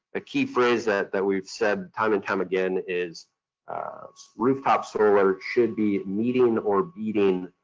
ah key phrase that that we've said time and time again is rooftop solar should be meeting or beating